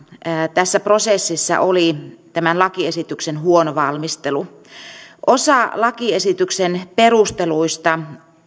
tässä prosessissa oli tämän lakiesityksen huono valmistelu osa lakiesityksen perusteluista